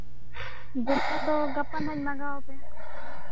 ᱡᱩᱛᱟᱹ ᱫᱚ ᱜᱟᱯᱟ ᱦᱟᱸᱜ ᱤᱧ ᱢᱟᱜᱟᱣ ᱯᱮᱭᱟ